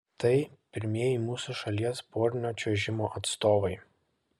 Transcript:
tai pirmieji mūsų šalies porinio čiuožimo atstovai